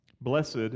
Blessed